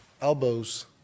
elbows